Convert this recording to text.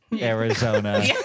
arizona